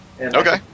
Okay